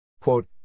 Quote